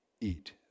eat